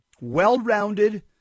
well-rounded